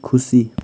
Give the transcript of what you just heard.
खुसी